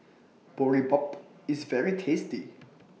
Boribap IS very tasty